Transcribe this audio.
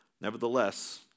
Nevertheless